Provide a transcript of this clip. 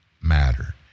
matter